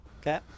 Okay